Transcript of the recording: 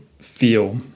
feel